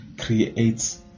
creates